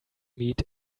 meet